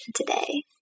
today